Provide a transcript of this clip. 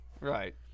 right